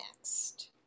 next